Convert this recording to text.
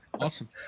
Awesome